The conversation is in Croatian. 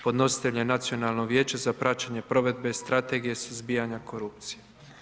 Podnositelj je Nacionalno vijeće za praćenje provedbe Strategije suzbijanja korupcije.